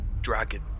dragon